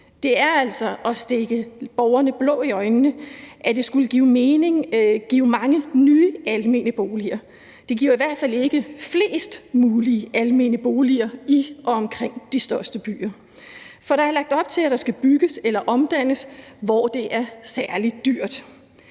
Det er altså at stikke borgerne blår i øjnene, at det skulle give mange nye almene boliger. Det giver i hvert fald ikke flest mulige almene boliger i og omkring de største byer, for der er lagt op til, at der skal bygges eller omdannes, hvor det er særlig dyrt.